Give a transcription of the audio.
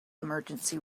emergency